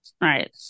right